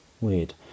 Weird